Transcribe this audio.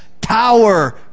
power